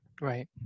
Right